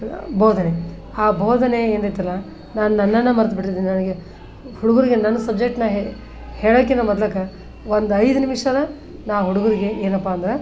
ಬೋಧನೆ ಆ ಬೋಧನೆ ಏನಿರ್ತಲ್ಲ ನಾನು ನನ್ನನ್ನ ಮರೆತ್ಬಿಟ್ಟಿರ್ತಿನ್ ನನಗೆ ಹುಡುಗರಿಗೆ ನನ್ನ ಸಬ್ಜೆಕ್ಟನ್ನ ಹೇಳೊಕ್ಕಿನ್ನ ಮೊದ್ಲೆ ಒಂದು ಐದು ನಿಮಿಷದ ನಾ ಹುಡುಗರಿಗೆ ಏನಪ್ಪಾ ಅಂದರೆ